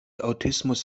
autismus